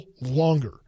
longer